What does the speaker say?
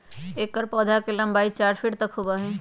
एकर पौधवा के लंबाई चार फीट तक होबा हई